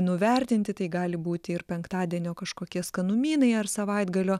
nuvertinti tai gali būti ir penktadienio kažkokie skanumynai ar savaitgalio